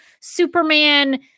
Superman